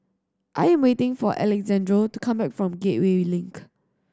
I'm waiting for Alexandro to come back from Gateway Link